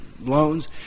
loans